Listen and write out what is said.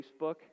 Facebook